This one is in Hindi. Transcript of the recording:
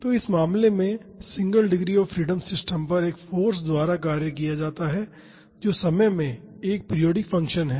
तो इस मामले में single degree of freedom system पर एक फाॅर्स द्वारा कार्य किया जाता है जो समय में एक पीरियाडिक फंक्शन है